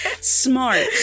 smart